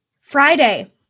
Friday